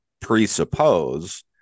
presuppose